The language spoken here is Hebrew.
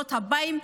לדורות הבאים.